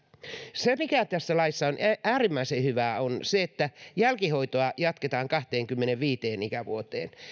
se mikä tässä laissa on äärimmäisen hyvää on se että jälkihoitoa jatketaan kahteenkymmeneenviiteen ikävuoteen